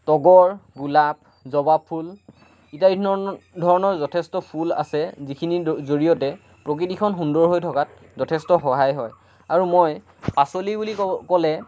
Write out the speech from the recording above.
তগৰ গোলাপ জবাফুল ইত্যাদি ধৰণৰ ধৰণৰ যথেষ্ট ফুল আছে যিখিনিৰ জৰিয়তে প্ৰকৃতিখন সুন্দৰ হৈ থকাত যথেষ্ট সহায় হয় আৰু মই পাচলি বুলি ক'লে